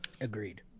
Agreed